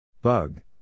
Bug